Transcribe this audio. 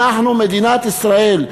אנחנו מדינת ישראל,